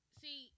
see